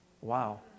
Wow